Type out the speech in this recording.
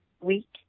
week